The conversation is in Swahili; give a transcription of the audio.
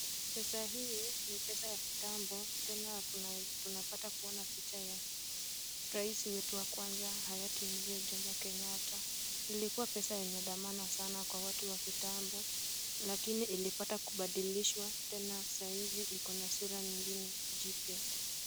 Pesa hii ni pesa ya kitambo, tena tunapata kuona picha ya rais wetu wa kwanza hayati mzee Jommo Kenyatta. Ilikuwa pesa yenye thamana sana kwa watu wa kitambo lakini ilipata kubadilishwa, tena saa hizi iko na sura nyingine jipya.